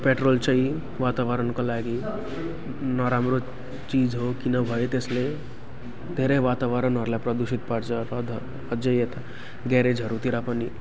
petrol चाहिँ वातावरणको लागि नराम्रो चिज हो किनभने त्यसले धेरै वातावरणहरूलाई प्रदूषित पार्छ रद अझै यता ग्यारेजहरूतिर पनि